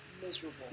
miserable